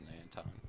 Anton